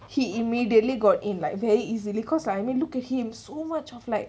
he immediately got in like very easily cause I mean looked at him so much of like